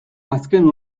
azken